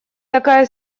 такая